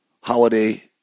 holiday